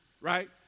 Right